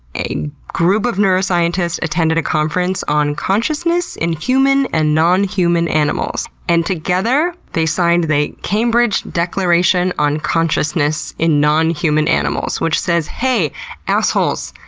a group of neuroscientists attended a conference on consciousness in human and non-human animals, and together, they signed the cambridge declaration on consciousness in non human animals, which says, hey assholes!